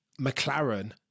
McLaren